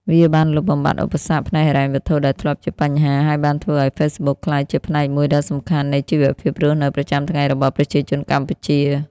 វាបានលុបបំបាត់ឧបសគ្គផ្នែកហិរញ្ញវត្ថុដែលធ្លាប់ជាបញ្ហា ហើយបានធ្វើឲ្យ Facebook ក្លាយជាផ្នែកមួយដ៏សំខាន់នៃជីវភាពរស់នៅប្រចាំថ្ងៃរបស់ប្រជាជនកម្ពុជា។